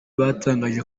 batangaje